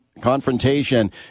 confrontation